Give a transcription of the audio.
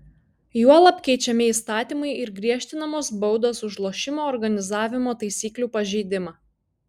juolab keičiami įstatymai ir griežtinamos baudos už lošimo organizavimo taisyklių pažeidimą